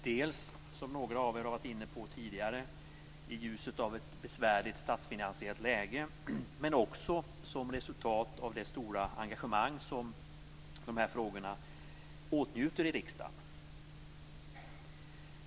Det har skett i ljuset av ett besvärligt statsfinansiellt läge, men också som ett resultat av det stora engagemang som dessa frågor åtnjuter i riksdagen.